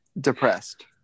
depressed